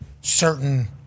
certain